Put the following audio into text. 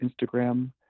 Instagram